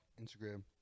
Instagram